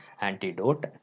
antidote